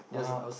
(uh huh)